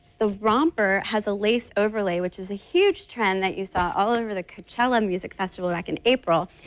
the romper has a laceover lay, which is a huge trend that you saw all over the coachella music festival like in april.